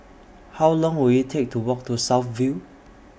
How Long Will IT Take to Walk to South View